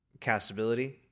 castability